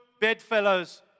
bedfellows